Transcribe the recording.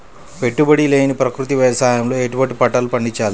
పెట్టుబడి లేని ప్రకృతి వ్యవసాయంలో ఎటువంటి పంటలు పండించాలి?